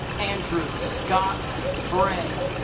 andrew scott bray